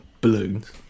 balloons